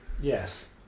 Yes